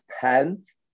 pants